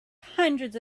hundreds